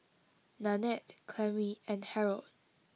Nannette Clemmie and Harrold